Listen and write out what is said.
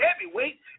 heavyweight